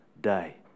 Day